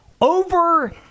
over